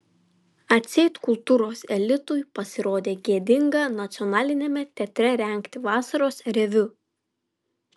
atseit kultūros elitui pasirodė gėdinga nacionaliniame teatre rengti vasaros reviu